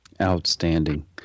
Outstanding